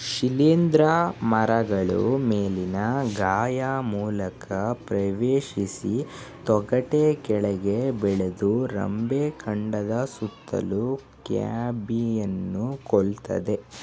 ಶಿಲೀಂಧ್ರ ಮರಗಳ ಮೇಲಿನ ಗಾಯ ಮೂಲಕ ಪ್ರವೇಶಿಸಿ ತೊಗಟೆ ಕೆಳಗೆ ಬೆಳೆದು ರೆಂಬೆ ಕಾಂಡದ ಸುತ್ತಲೂ ಕ್ಯಾಂಬಿಯಂನ್ನು ಕೊಲ್ತದೆ